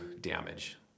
damage